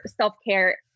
self-care